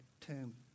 tomb